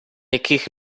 яких